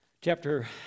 chapter